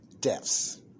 deaths